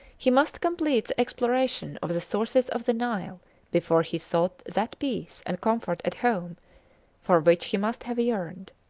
he must complete the exploration of the sources of the nile before he sought that peace and comfort at home for which he must have yearned.